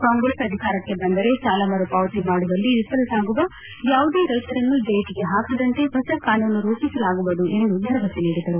ಕಾಂಗ್ರೆಸ್ ಅಧಿಕಾರಕ್ಕೆ ಬಂದರೆ ಸಾಲ ಮರುಪಾವತಿ ಮಾಡುವಲ್ಲಿ ವಿಫಲರಾಗುವ ಯಾವುದೇ ರೈತರನ್ನು ಜೈಲಿಗೆ ಪಾಕದಂತೆ ಹೊಸ ಕಾನೂನು ರೂಪಿಸಲಾಗುವುದು ಎಂದು ಭರವಸೆ ನೀಡಿದರು